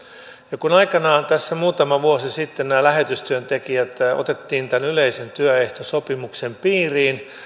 kun aikanaan tässä muutama vuosi sitten nämä lähetystyöntekijät otettiin tämän yleisen työehtosopimuksen piiriin niin